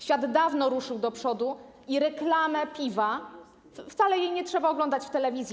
Świat dawno ruszył do przodu i reklam piwa wcale nie trzeba oglądać w telewizji.